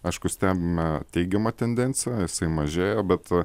aišku stebime teigiamą tendenciją jisai mažėja bet